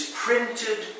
printed